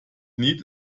need